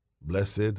Blessed